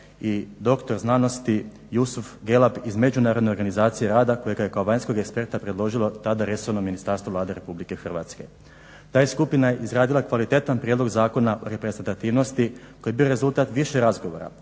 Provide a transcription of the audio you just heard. i dr.sc. Jusuf Gelab iz Međunarodne organizacije rada kojega je kao vanjskog eksperta predložilo tada resorno ministarstvo Vlade RH. Ta je skupina izradila kvalitetan prijedlog Zakona o reprezentativnosti koji je bio rezultat više razgovora